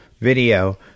video